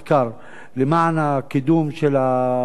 למען הקידום של המדע,